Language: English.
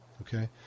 Okay